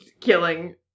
killing